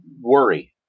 worry